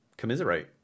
commiserate